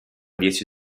dieci